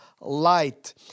light